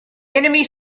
enemy